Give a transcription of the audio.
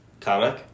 comic